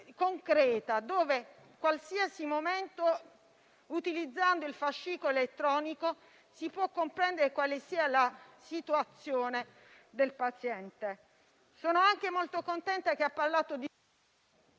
cui, in qualsiasi momento, utilizzando il fascicolo elettronico, si possa comprendere la situazione del paziente. Sono anche molto contenta che abbia parlato di